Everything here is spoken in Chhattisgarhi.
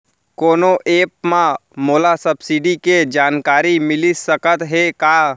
कोनो एप मा मोला सब्सिडी के जानकारी मिलिस सकत हे का?